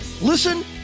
Listen